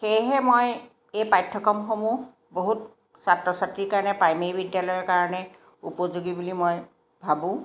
সেয়েহে মই এই পাঠ্যক্ৰমসমূহ বহুত ছাত্ৰ ছাত্ৰীৰ কাৰণে প্ৰাইমেৰী বিদ্যালয়ৰ কাৰণে উপযোগী বুলি মই ভাবোঁ